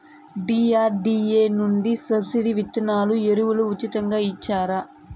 DRDA నుండి subsidy విత్తనాలు ఎరువులు ఉచితంగా ఇచ్చారా?